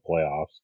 playoffs